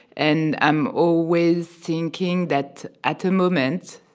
and i'm always thinking that, at a moment,